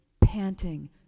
panting